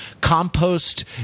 compost